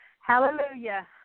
Hallelujah